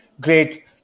great